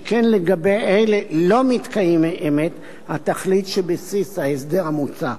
שכן לגבי אלה לא מתקיימת התכלית שבבסיס ההסדר המוצע.